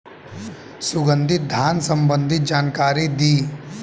सुगंधित धान संबंधित जानकारी दी?